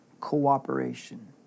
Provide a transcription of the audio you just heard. cooperation